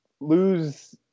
lose –